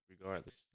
regardless